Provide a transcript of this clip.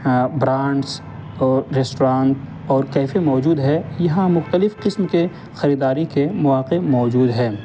brands اور restaurant اور cafe موجود ہے یہاں مختلف قسم کے خریداری کے مواقع موجود ہے